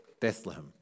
Bethlehem